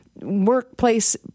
workplace